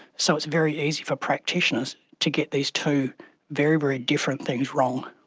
so it's very easy for practitioners to get these two very, very different things wrong.